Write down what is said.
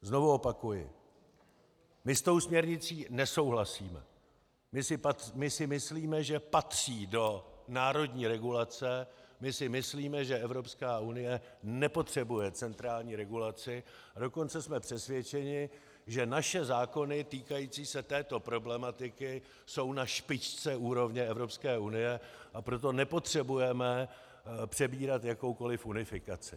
Znovu opakuji, my s tou směrnicí nesouhlasíme, my si myslíme, že patří do národní regulace, my si myslíme, že Evropská unie nepotřebuje centrální regulaci, a dokonce jsme přesvědčeni, že naše zákony týkající se této problematiky jsou na špičce úrovně Evropské unie, a proto nepotřebujeme přebírat jakoukoli unifikaci.